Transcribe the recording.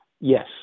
yes